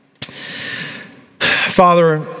Father